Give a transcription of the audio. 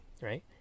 right